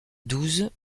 douze